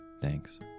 Thanks